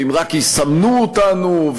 ואם רק יסמנו אותנו,